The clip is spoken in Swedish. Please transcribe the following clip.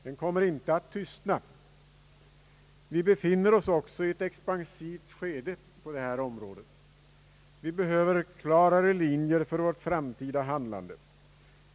Den kommer inte att tystna. Vi befinner oss också i ett expansivt skede på detta område. Vi behöver klarare linjer för vårt framtida handlande.